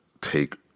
Take